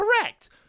correct